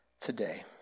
today